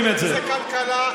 זה כלכלה,